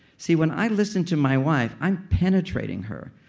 see, when i listen to my wife, i'm penetrating her.